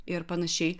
ir panašiai